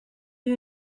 you